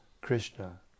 Krishna